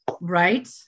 Right